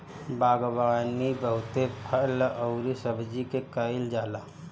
बागवानी बहुते फल अउरी सब्जी के कईल जाला